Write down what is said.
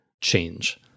change